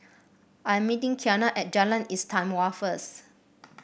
I'm meeting Kianna at Jalan Istimewa first